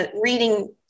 reading